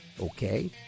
Okay